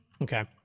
Okay